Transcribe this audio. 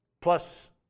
plus